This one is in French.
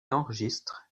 enregistre